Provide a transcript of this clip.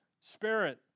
spirit